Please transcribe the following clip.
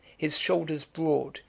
his shoulders broad,